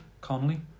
Conley